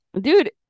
Dude